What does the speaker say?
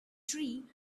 tree